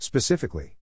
Specifically